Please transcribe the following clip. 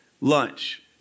lunch